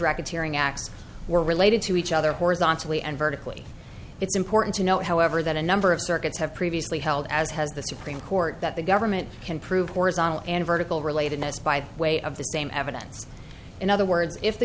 racketeering acts were related to each other horizontally and vertically it's important to note however that a number of circuits have previously held as has the supreme court that the government can prove horizontal and vertical relatedness by way of the same evidence in other words if the